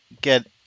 get